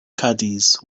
caddies